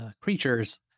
creatures